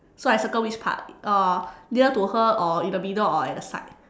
so I circle which part uh near to her or in the middle or at the side